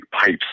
pipes